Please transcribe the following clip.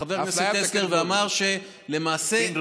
בא חבר הכנסת טסלר ואמר שלמעשה, פינדרוס.